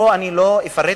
פה לא אפרט,